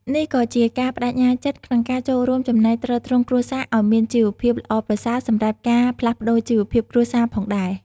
នេះក៏ជាការប្តេជ្ញាចិត្តក្នុងការចូលរួមចំណែកទ្រទ្រង់គ្រួសារឲ្យមានជីវភាពល្អប្រសើរសម្រាប់ការផ្លាស់ប្តូរជីវភាពគ្រួសារផងដែរ។